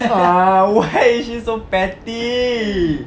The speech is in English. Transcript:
ah why is she so petty